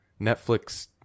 netflix